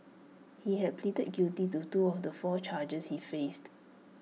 he had pleaded guilty to two of the four charges he faced